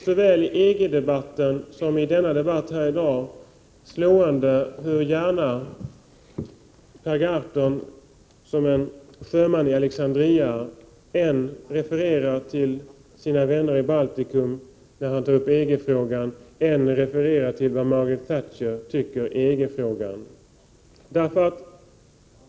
Såväl i EG-debatten som i denna debatt här i dag har det varit slående hur gärna Per Gahrton, när han tagit upp EG-frågan, som en sjöman i Alexandria refererat än till sina vänner i Baltikum, än till Margaret Thatcher i England.